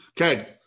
Okay